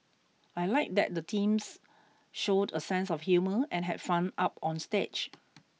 I like that the teams showed a sense of humour and had fun up on stage